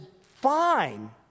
fine